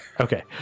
Okay